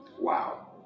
Wow